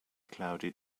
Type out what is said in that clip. cloudy